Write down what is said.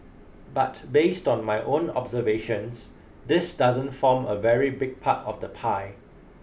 but based on my own observations this doesn't form a very big part of the pie